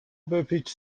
بپیچ